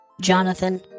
Jonathan